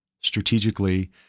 strategically